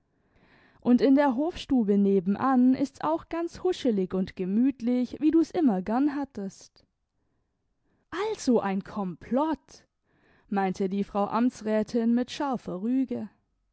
und in der hofstube nebenan ist's auch ganz huschelig und gemütlich wie du's immer gern hattest also ein komplott meinte die frau amtsrätin mit scharfer rüge